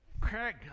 Craig